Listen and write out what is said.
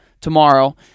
tomorrow